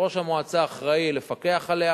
יושב-ראש המועצה אחראי לפקח עליה